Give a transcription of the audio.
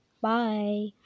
bye